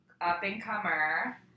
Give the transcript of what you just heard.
up-and-comer